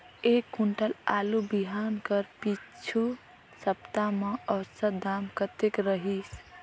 एक कुंटल आलू बिहान कर पिछू सप्ता म औसत दाम कतेक रहिस?